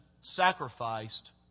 sacrificed